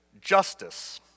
justice